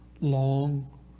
long